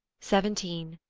seventeen.